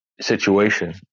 situation